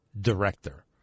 director